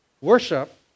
Worship